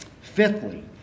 Fifthly